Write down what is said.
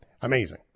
Amazing